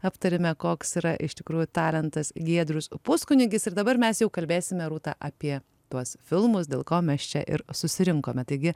aptarėme koks yra iš tikrųjų talentas giedrius puskunigis ir dabar mes jau kalbėsime rūta apie tuos filmus dėl ko mes čia ir susirinkome taigi